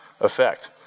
effect